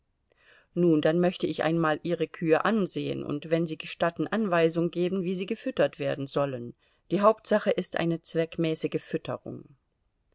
nun dann möchte ich einmal ihre kühe ansehen und wenn sie gestatten anweisung geben wie sie gefüttert werden sollen die hauptsache ist eine zweckmäßige fütterung